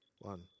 One